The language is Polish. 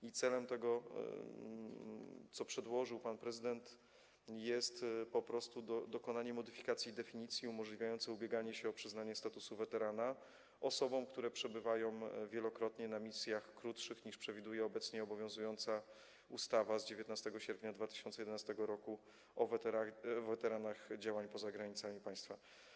I celem tego, co przedłożył pan prezydent, jest po prostu dokonanie modyfikacji definicji umożliwiającej ubieganie się o przyznanie statusu weterana osobom, które przebywają wielokrotnie na misjach krótszych, niż przewiduje obecnie obowiązująca ustawa z 19 sierpnia 2011 r. o weteranach działań poza granicami państwa.